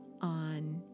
on